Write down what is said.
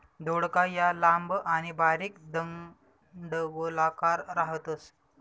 दौडका या लांब आणि बारीक दंडगोलाकार राहतस